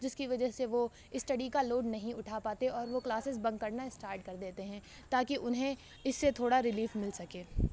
جس کی وجہ سے وہ اسٹڈی کا لوڈ نہیں اٹھا پاتے اور وہ کلاسز بنک کرنا اسٹارٹ کردیتے ہیں تاکہ انہیں اس سے تھوڑا ریلیف مل سکے